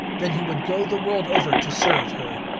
then he would go the world over to serve her.